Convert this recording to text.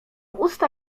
usta